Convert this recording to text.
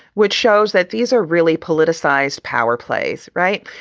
which shows that these are really politicized power plays. right.